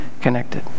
connected